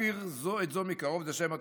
להכיר זו את זו מקרוב, זה שם התוכנית,